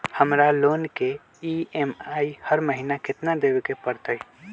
हमरा लोन के ई.एम.आई हर महिना केतना देबे के परतई?